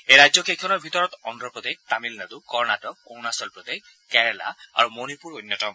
এই ৰাজ্যকেইখনৰ ভিতৰত অভ্ৰপ্ৰদেশ তামিলনাডু কৰ্ণাটক অৰুণাচল প্ৰদেশ কেৰালা আৰু মণিপুৰ অন্যতম